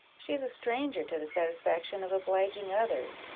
she is a stranger to the satisfaction of obliging others,